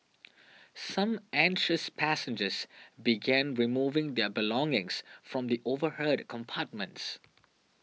some anxious passengers began removing their belongings from the overhead compartments